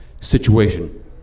situation